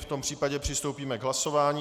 V tom případě přistoupíme k hlasování.